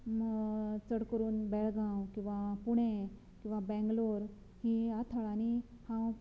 चड करून बेळगांव किंवां पुणे किंवां बेंगलोर ह्या थळांनीं हांव